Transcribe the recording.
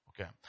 Okay